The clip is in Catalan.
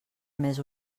més